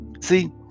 See